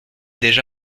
déjà